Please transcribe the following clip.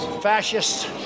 Fascists